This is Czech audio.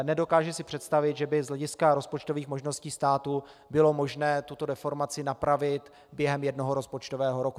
Nedokážu si představit, že by z hlediska rozpočtových možností státu bylo možné tuto deformaci napravit během jednoho rozpočtového roku.